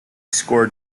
scored